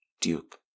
Duke